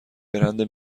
برند